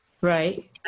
Right